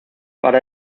para